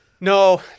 No